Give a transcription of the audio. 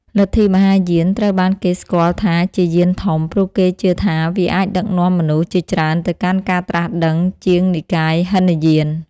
លទ្ធិមហាយាន ត្រូវបានគេស្គាល់ថាជាយានធំ ព្រោះគេជឿថាវាអាចដឹកនាំមនុស្សជាច្រើនទៅកាន់ការត្រាស់ដឹងជាងនិកាយហីនយាន។